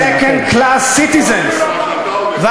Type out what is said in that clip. to make Arabs 'second-class citizens'"" זה מה שאתה אומר.